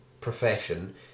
profession